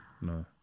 no